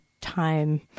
time